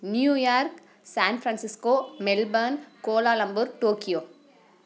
New York San Francisco Melbourne Kuala Lumpur Tokyo